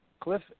Cliff